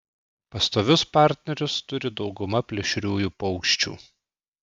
pastovius partnerius turi dauguma plėšriųjų paukščių